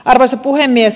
arvoisa puhemies